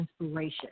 inspiration